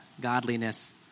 godliness